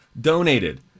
donated